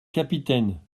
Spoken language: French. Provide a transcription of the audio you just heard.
capitaine